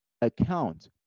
account